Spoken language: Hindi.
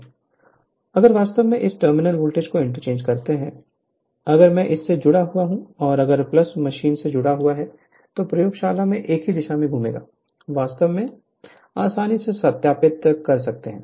अगर वास्तव में इस टर्मिनल को इंटरचेंज करते है अगर मैं इस सेजुड़ा हुआ हूं और अगर मशीन से जुड़ा हुआ है तो प्रयोगशाला में एक ही दिशा में घूमेगा वास्तव में आसानी से सत्यापित कर सकता है